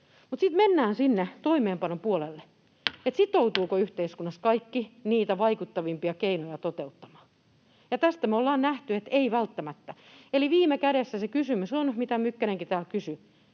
sitten mennään sinne toimeenpanon puolelle, että sitoutuvatko yhteiskunnassa kaikki niitä vaikuttavimpia keinoja toteuttamaan — ja tästä me ollaan nähty, että eivät välttämättä. Eli viime kädessä se kysymys on, mitä Mykkänenkin täällä kysyi,